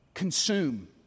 consume